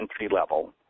entry-level